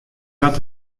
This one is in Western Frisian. hat